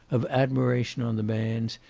of admiration on the man's,